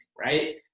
right